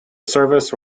service